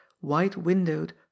white-windowed